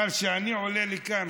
אבל כשאני עולה לכאן,